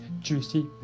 juicy